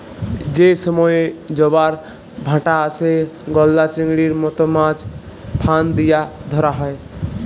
যে সময়ে জবার ভাঁটা আসে, গলদা চিংড়ির মত মাছ ফাঁদ দিয়া ধ্যরা হ্যয়